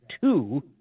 two